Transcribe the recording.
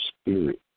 spirit